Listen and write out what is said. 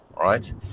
Right